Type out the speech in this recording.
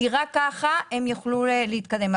כי רק הן יוכלו להתקדם.